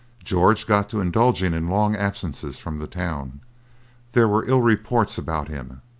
george got to indulging in long absences from the town there were ill reports about him,